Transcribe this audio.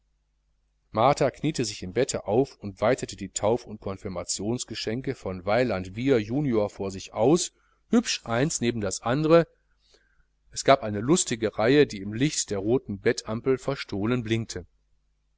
martha kniete sich im bett auf und breitete die tauf und confirmationsgeschenke von weiland wiehr junior vor sich aus hübsch eins neben das andere es gab eine lustige reihe die im lichte der roten bettampel verstohlen blinkte